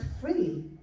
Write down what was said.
free